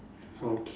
okay